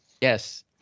Yes